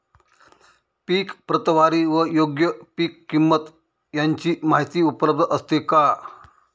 पीक प्रतवारी व योग्य पीक किंमत यांची माहिती उपलब्ध असते का?